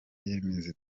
yemeza